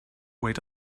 wait